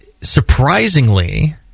surprisingly